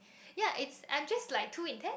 ya it's I'm just like too intend